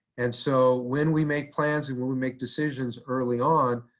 and so when we make plans and when we make decisions early on,